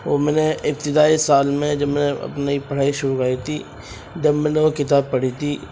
وہ میں نے ابتدائی سال میں جب میں نے اپنی پرھائی کری تھی جب میں نے وہ کتاب پڑھی تھی